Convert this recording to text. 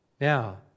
Now